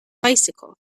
bicycle